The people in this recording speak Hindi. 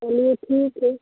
चलिए ठीक है